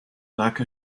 like